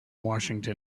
washington